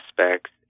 aspects